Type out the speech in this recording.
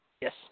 Yes